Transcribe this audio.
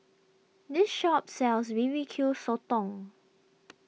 this shop sells B B Q Sotong